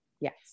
Yes